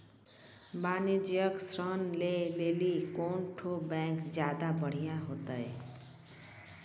वाणिज्यिक ऋण लै लेली कोन ठो बैंक ज्यादा बढ़िया होतै?